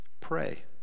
pray